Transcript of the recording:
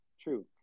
true